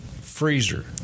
freezer